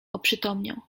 oprzytomniał